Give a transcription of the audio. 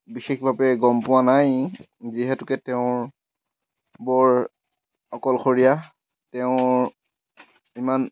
বিশেষভাৱে গম পোৱা নাই যিহেতুকে তেওঁৰ বৰ অকলশৰীয়া তেওঁৰ ইমান